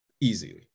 easily